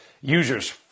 Users